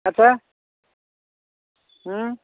ଆଚ୍ଛା